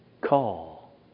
Call